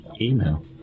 Email